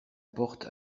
porte